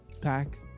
pack